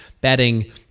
betting